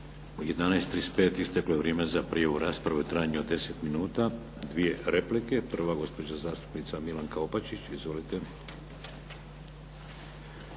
U 11 i 35 isteklo je vrijeme za prijavu rasprave u trajanju od 10 minuta. Dvije replike. Prva, gospođa zastupnica Milanka Opačić. Izvolite.